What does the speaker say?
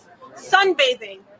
sunbathing